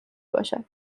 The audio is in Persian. باشد